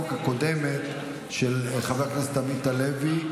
לפרוטוקול: בהצעת החוק הקודמת של חבר הכנסת עמית הלוי,